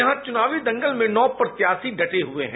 यहां चुनावी दंगल में नौ प्रत्याशी डटे हुए हैं